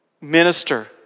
Minister